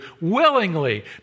willingly